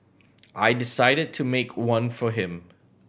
I decided to make one for him